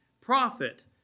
Profit